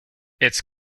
its